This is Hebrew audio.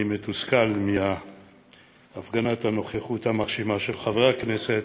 אני מתוסכל מהפגנת הנוכחות המרשימה של חברי הכנסת